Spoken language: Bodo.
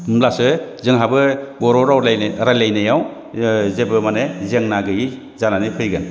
जोंहाबो बर' रायज्लायनायाव जेबो माने जेंना गैयि जानानै फैगोन